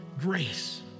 grace